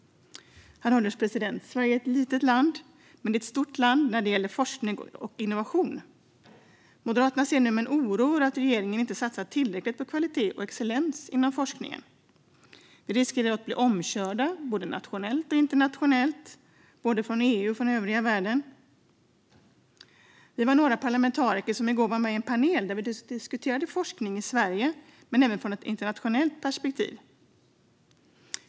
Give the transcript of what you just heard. Herr ålderspresident! Sverige är ett litet land men ett stort land när det gäller forskning och innovation. Moderaterna ser med oro på att regeringen inte satsar tillräckligt på kvalitet och excellens inom forskningen. Vi riskerar att bli omkörda både nationellt och internationellt, både från EU och från övriga världen. Vi var några parlamentariker som i går var med i en panel där vi diskuterade forskning i Sverige men även i ett internationellt perspektiv.